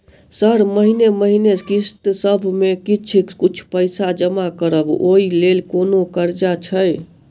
Sir महीने महीने किस्तसभ मे किछ कुछ पैसा जमा करब ओई लेल कोनो कर्जा छैय?